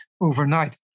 overnight